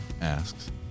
asks